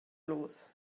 los